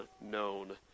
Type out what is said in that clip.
known